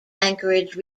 anchorage